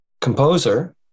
composer